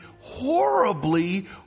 horribly